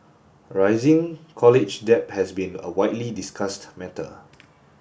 rising college debt has been a widely discussed matter